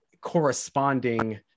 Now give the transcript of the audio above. corresponding